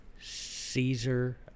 Caesar